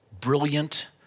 brilliant